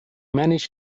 managed